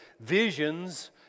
visions